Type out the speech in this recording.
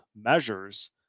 measures